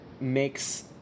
makes